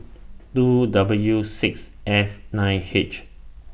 two W six F nine H